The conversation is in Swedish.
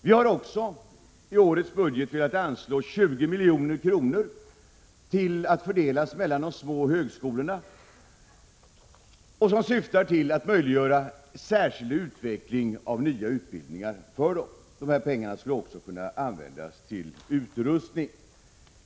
Vi har också i årets budget velat anslå 20 milj.kr. att fördelas mellan de små högskolorna som skulle syfta till att möjliggöra särskild utveckling av nya utbildningar för dem. Pengarna skulle också kunna användas för utrustning.